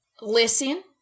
Listen